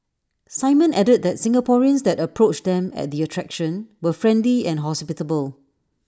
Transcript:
simon added that Singaporeans that approached them at the attraction were friendly and hospitable